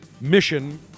mission